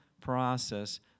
process